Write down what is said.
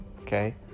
Okay